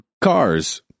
cars